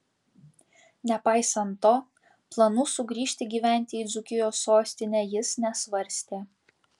nepaisant to planų sugrįžti gyventi į dzūkijos sostinę jis nesvarstė